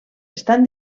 estan